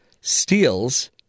steals